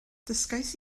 dysgais